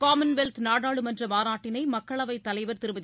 Commonwealth நாடாளுமன்ற மாநாட்டினை மக்களவைத் தலைவர் திருமதி